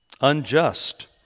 unjust